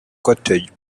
cottage